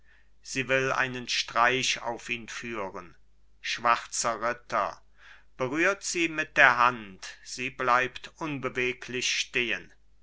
sie will einen streich auf ihn führen schwarzer ritter berührt sie mit der hand sie bleibt unbeweglich stehen